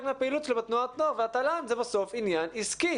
מהפעילות שלו בתנועת הנוער והתל"ן זה בסוף עניין עסקי.